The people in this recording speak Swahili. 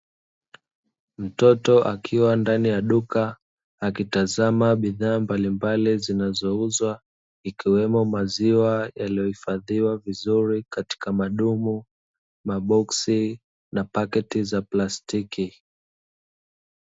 Mtoto akiwa ndani ya duka, akitazama bidhaa mbalimbali zinazouzwa, ikiwemo maziwa yaliyohifadhiwa vizuri katika madumu, maboksi na pakiti za plastiki.